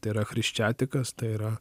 tai yra chriščiatikas tai yra